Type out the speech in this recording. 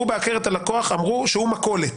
ובהכר את הלקוח אמרו שהוא מכולת.